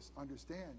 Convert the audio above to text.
understand